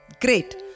Great